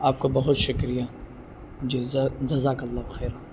آپ کو بہت شکریہ جی جذااک اللہ خیرہ